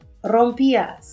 rompías